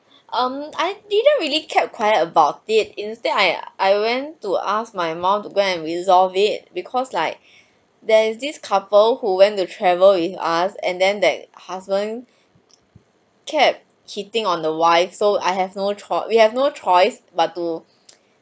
um I didn't really kept quiet about it instead I I went to ask my mum to go and resolve it because like there's this couple who went to travel with us and then that husband kept hitting on the wife so I have no choice we have no choice but to